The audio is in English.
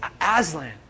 Aslan